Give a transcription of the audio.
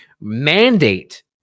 mandate